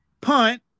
punt